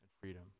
freedom